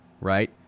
right